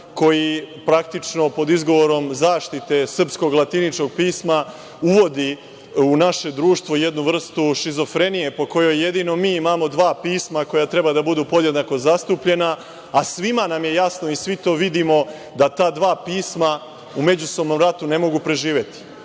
koji praktično pod izgovorom zaštite srpskog latiničkog pisma uvodi u naše društvo jednu vrstu šizofrenije, po kojoj jedino mi imamo dva pisma, koja treba da budu podjednako zastupljena, a svima nam je jasno i svi to vidimo da ta dva pisma u međusobnom ratu ne mogu preživeti.